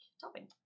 topping